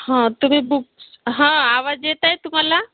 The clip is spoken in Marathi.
तुम्ही बुक्स हां आवाज येत आहे तुम्हाला